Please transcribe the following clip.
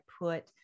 put